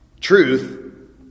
truth